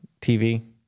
TV